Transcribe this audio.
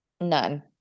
None